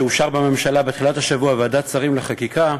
שאושר בממשלה בתחילת השבוע בוועדת שרים לחקיקה,